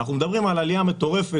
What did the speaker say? אנחנו מדברים על עלייה מטורפת,